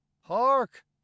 hark